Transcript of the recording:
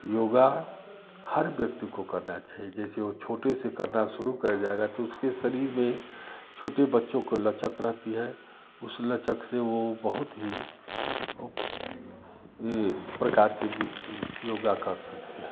योगा हर व्यक्ति को करना चाहिए जैसे वह छोटे से करना शुरू कर जाएगा तो उसके शरीर में छोटे बच्चों को लचक रहती है उस लचक से वह बहुत ही वह यह प्रकार के भी योगा कर सकते हैं